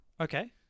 okay